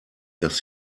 dass